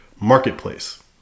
marketplace